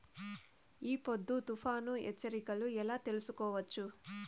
ఈ పొద్దు తుఫాను హెచ్చరికలు ఎలా తెలుసుకోవచ్చు?